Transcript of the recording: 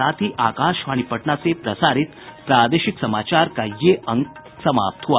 इसके साथ ही आकाशवाणी पटना से प्रसारित प्रादेशिक समाचार का ये अंक समाप्त हुआ